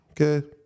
Okay